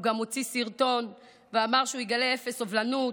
הוא גם הוציא סרטון ואמר שהוא יגלה אפס סובלנות.